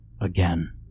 again